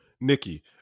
Nikki